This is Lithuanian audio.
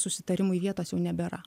susitarimui vietos jau nebėra